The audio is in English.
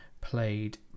played